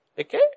okay